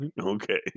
Okay